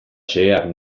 xeheak